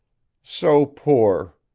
so poor!